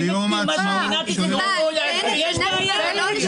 עמותת "כייאן" שזה אירגון --- לא קיבלה.